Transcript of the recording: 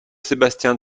sébastien